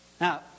Now